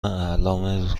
اعلام